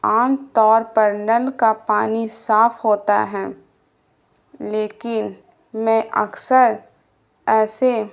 عام طور پر نل کا پانی صاف ہوتا ہے لیکن میں اکثر ایسے